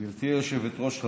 היושבת-ראש,